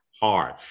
hard